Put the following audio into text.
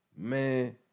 Man